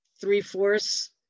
three-fourths